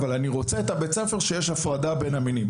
אבל הם רוצים את בית הספר שיש בו הפרדה בין המינים.